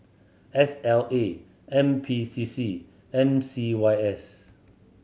S L A N P C C M C Y S